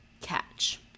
catch